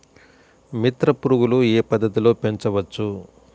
మిత్ర పురుగులు ఏ పద్దతిలో పెంచవచ్చు?